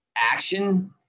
action